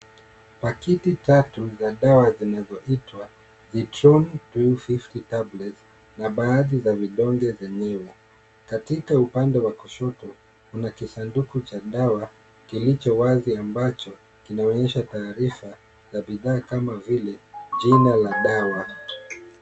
Pakiti tatu za dawa zinazoitwa Litrone two fifty tablets na baadhi za vidonge vyenyewe, katika upande wa kushoto kuna kisanduku cha dawa kilicho wazi ambacho kinaonyesha taarifa za bidhaa kama vile jina la dawa.